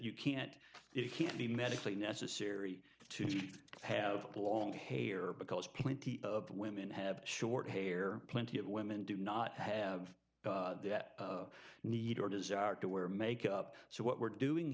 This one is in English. you can't it can't be medically necessary to have long hair because plenty of women have short hair plenty of women do not have that need or desire to wear make up so what we're doing